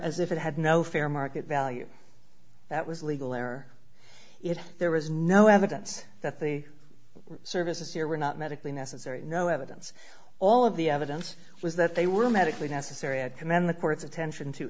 as if it had no fair market value that was legal or if there was no evidence that the services here were not medically necessary no evidence all of the evidence was that they were medically necessary i commend the court's attention to